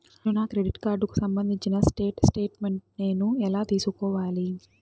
నేను నా క్రెడిట్ కార్డుకు సంబంధించిన స్టేట్ స్టేట్మెంట్ నేను ఎలా తీసుకోవాలి?